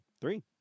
Three